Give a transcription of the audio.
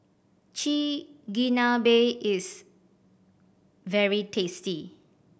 Chigenabe is very tasty